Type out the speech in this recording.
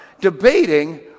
debating